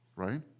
Right